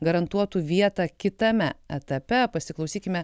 garantuotų vietą kitame etape pasiklausykime